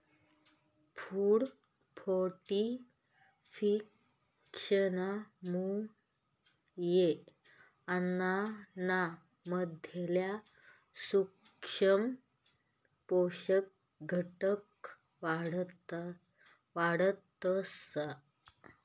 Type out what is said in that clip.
food फोर्टिफिकेशनमुये अन्नाना मधला सूक्ष्म पोषक घटक वाढतस